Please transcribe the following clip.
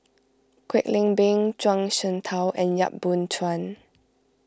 Kwek Leng Beng Zhuang Shengtao and Yap Boon Chuan